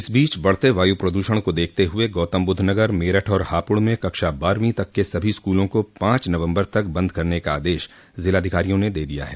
इस बीच बढ़ते वायु प्रदूषण को देखते हुए गौतमबुद्धनगर मेरठ और हापुड़ में कक्षा बारहवीं तक के सभी स्कूलों को पांच नवम्बर तक बन्द करने का आदेश जिलाधिकारियों ने दिया है